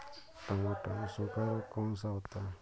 टमाटर में सूखा रोग कौन सा होता है?